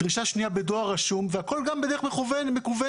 דרישה שנייה בדואר רשום והכול גם בדרך מקוונת.